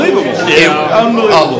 unbelievable